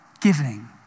giving